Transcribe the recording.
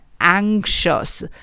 anxious